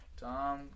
Tom